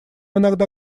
иногда